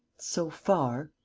so far.